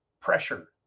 pressure